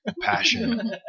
passion